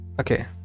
Okay